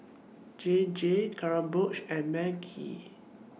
J J Kronenbourg and Maggi